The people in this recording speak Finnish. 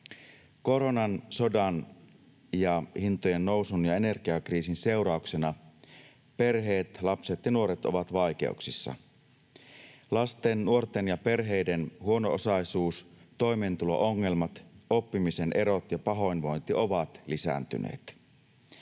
Koronan, sodan ja hintojen nousun ja energiakriisin seurauksena perheet, lapset ja nuoret ovat vaikeuksissa. Lasten, nuorten ja perheiden huono-osaisuus, toimeentulo-ongelmat, oppimisen erot ja pahoinvointi ovat lisääntyneet.